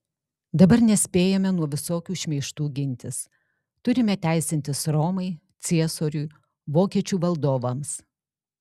dabar nespėjame nuo visokių šmeižtų gintis turime teisintis romai ciesoriui vokiečių valdovams